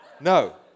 No